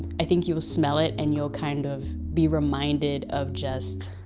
i think you will smell it and you'll kind of be reminded of just